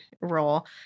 role